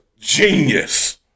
genius